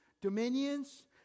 dominions